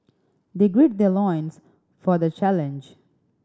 they gird their loins for the challenge